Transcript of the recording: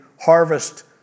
harvest